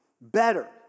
better